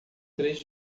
três